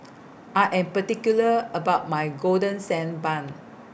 I Am particular about My Golden Sand Bun